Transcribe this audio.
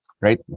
right